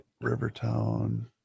Rivertown